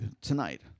tonight